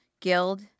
Guild